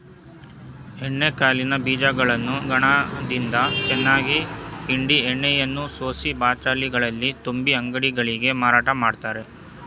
ಎಣ್ಣೆ ಕಾಳಿನ ಬೀಜಗಳನ್ನು ಗಾಣದಿಂದ ಚೆನ್ನಾಗಿ ಹಿಂಡಿ ಎಣ್ಣೆಯನ್ನು ಸೋಸಿ ಬಾಟಲಿಗಳಲ್ಲಿ ತುಂಬಿ ಅಂಗಡಿಗಳಿಗೆ ಮಾರಾಟ ಮಾಡ್ತರೆ